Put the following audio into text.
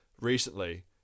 recently